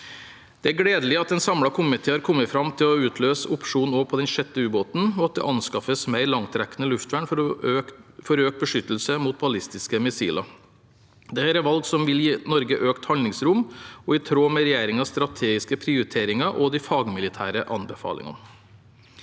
Det er gledelig at en samlet komité har kommet fram til å utløse opsjon også på den sjette ubåten, og at det anskaffes mer langtrekkende luftvern for økt beskyttelse mot ballistiske missiler. Dette er valg som vil gi Norge økt handlingsrom, og som er i tråd med regjeringens strategiske prioriteringer og de fagmilitære anbefalingene.